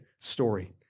story